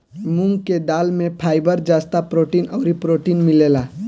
मूंग के दाल में फाइबर, जस्ता, प्रोटीन अउरी प्रोटीन मिलेला